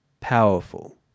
Powerful